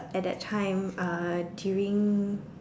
at that time uh during